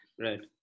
Right